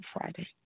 Friday